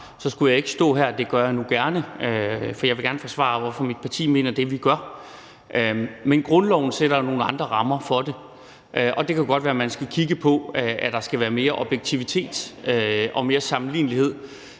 så skulle jeg ikke stå her. Det gør jeg nu gerne, for jeg vil gerne forsvare, hvorfor mit parti mener det, vi gør. Men grundloven sætter nogle andre rammer for det. Det kan godt være, at man skal kigge på, at der skal være mere objektivitet og mere sammenlignelighed,